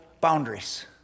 boundaries